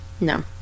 No